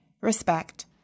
respect